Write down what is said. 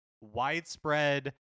widespread